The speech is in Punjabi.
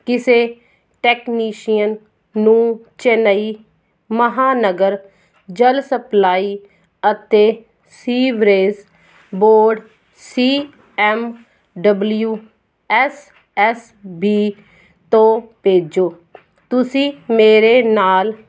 ਕਿਸੇ ਟੈਕਨੀਸ਼ੀਅਨ ਨੂੰ ਚੇਨੱਈ ਮਹਾਂਨਗਰ ਜਲ ਸਪਲਾਈ ਅਤੇ sewerage board C M W S S B ਤੋਂ ਭੇਜੋ ਤੁਸੀਂ ਮੇਰੇ ਨਾਲ